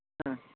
ह्म्